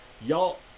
Y'all